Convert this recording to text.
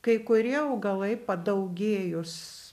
kai kurie augalai padaugėjus